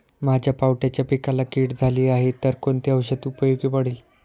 माझ्या पावट्याच्या पिकाला कीड झाली आहे तर कोणते औषध उपयोगी पडेल?